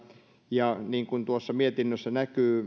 ja niin kuin tuossa mietinnössä näkyy